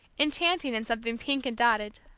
enchanting in something pink and dotted,